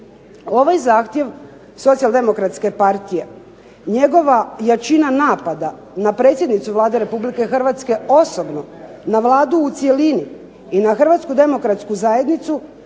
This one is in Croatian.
Ovaj zahtjev Socijaldemokratske partije, njegova jačina napada na predsjednicu Vlade Republike Hrvatske osobno, na Vladu u cjelini i na Hrvatsku demokratsku zajednicu